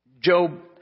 Job